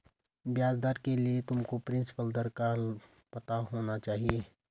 ब्याज दर के लिए तुमको प्रिंसिपल दर का पता होना चाहिए